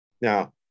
Now